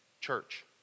Church